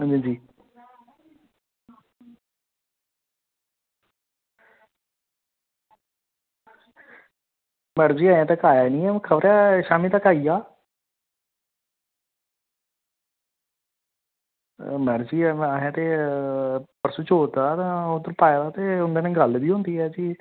हां जी हां जी मैड़म जी अज़ैं तक आया नी ऐ खबरै शाम्मी तक आई जा मैड़म जी असैं ते परसों चौथ दा ओह्दे उप्पर पाए दा ते उंदा कन्नै गल्ल बी होंदी ऐ कि